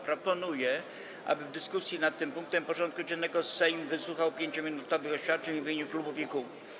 Proponuję, aby w dyskusji nad tym punktem porządku dziennego Sejm wysłuchał 5-minutowych oświadczeń w imieniu klubów i kół.